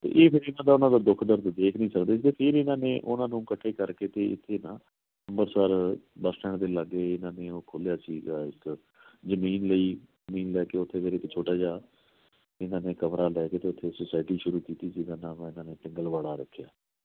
ਅਤੇ ਇਹ ਫਿਰ ਇਹਨਾਂ ਦਾ ਉਹਨਾਂ ਦਾ ਦੁੱਖ ਦਰਦ ਦੇਖ ਨਹੀਂ ਸਕਦੇ ਸੀ ਫਿਰ ਇਹਨਾਂ ਨੇ ਉਹਨਾਂ ਨੂੰ ਇਕੱਠੇ ਕਰਕੇ ਅਤੇ ਇੱਥੇ ਨਾ ਅੰਬਰਸਰ ਬੱਸ ਸਟੈਂਡ ਦੇ ਲਾਗੇ ਇਹਨਾਂ ਨੇ ਉਹ ਖੋਲ੍ਹਿਆ ਸੀਗਾ ਇੱਕ ਜ਼ਮੀਨ ਲਈ ਜ਼ਮੀਨ ਲੈ ਕੇ ਉੱਥੇ ਫੇਰ ਇੱਕ ਛੋਟਾ ਜਿਹਾ ਇਹਨਾਂ ਨੇ ਕਮਰਾ ਲੈ ਕੇ ਅਤੇ ਉੱਥੇ ਸੋਸਾਇਟੀ ਸ਼ੁਰੂ ਕੀਤੀ ਜਿਹਦਾ ਨਾਮ ਇਹਨਾਂ ਨੇ ਪਿੰਗਲਵਾੜਾ ਰੱਖਿਆ